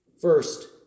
First